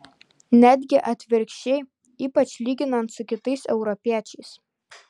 netgi atvirkščiai ypač lyginant su kitais europiečiais